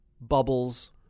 bubbles